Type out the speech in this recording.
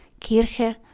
Kirche